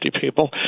people